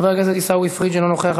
חבר הכנסת עיסאווי פריג' אינו נוכח.